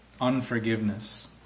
unforgiveness